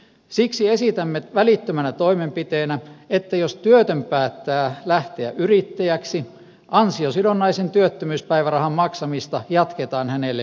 siksi esitämme välittömänä toimenpiteenä että jos työtön päättää lähteä yrittäjäksi ansiosidonnaisen työttömyyspäivärahan maksamista jatketaan hänelle määräajan